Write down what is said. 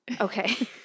Okay